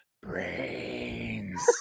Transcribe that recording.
brains